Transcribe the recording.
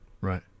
right